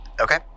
Okay